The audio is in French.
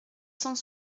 cent